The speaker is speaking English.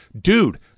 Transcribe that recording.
Dude